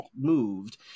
moved